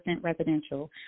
residential